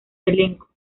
elenco